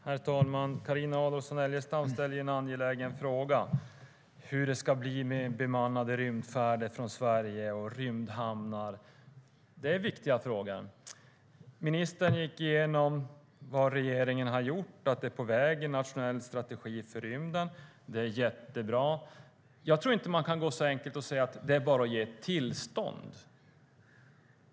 Herr talman! Carina Adolfsson Elgestam ställer en angelägen fråga om hur det ska bli med bemannande rymdfärder från Sverige och med rymdhamnar. Det är en viktig fråga. Ministern gick igenom vad regeringen har gjort. En nationell strategi för rymden är på väg. Det är jättebra. Jag tror dock inte att det är så enkelt att man kan säga att det bara är att ge tillstånd.